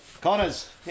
Connors